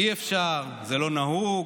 אי-אפשר, זה לא נהוג,